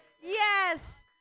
Yes